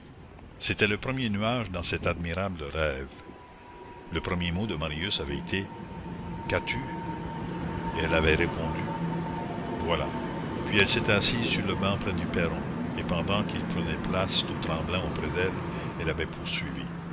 c'était le premier nuage dans cet admirable rêve le premier mot de marius avait été qu'as-tu et elle avait répondu voilà puis elle s'était assise sur le banc près du perron et pendant qu'il prenait place tout tremblant auprès d'elle elle avait poursuivi